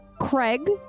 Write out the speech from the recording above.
craig